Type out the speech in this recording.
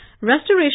restoration